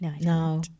No